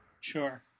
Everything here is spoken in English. Sure